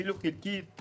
ואפילו לא חלקית,